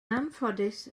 anffodus